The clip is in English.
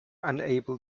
unable